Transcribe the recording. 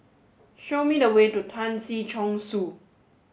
show me the way to Tan Si Chong Su